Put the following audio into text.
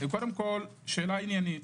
קודם כל שאלה עניינית